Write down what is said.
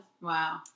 Wow